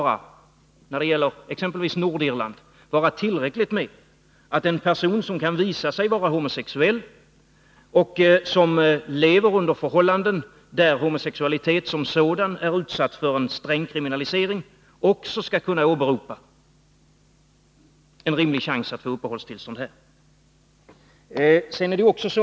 När det gäller t.ex. Nordirland må det väl vara tillräckligt med att en person som kan visa sig vara homosexuell åberopar att han lever under förhållanden där homosexualitet som sådan är utsatt för en sträng kriminalisering för att vederbörande skall ha en rimlig chans att få uppehållstillstånd här.